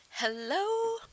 Hello